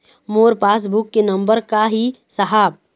मोर passbook के number का ही साहब?